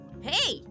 Hey